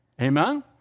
Amen